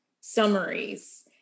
summaries